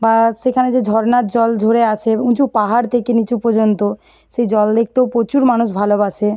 বা সেখানে যে ঝর্নার জল ঝরে আসে উঁচু পাহাড় থেকে নিচু পর্যন্ত সেই জল দেখতেও প্রচুর মানুষ ভালোবাসে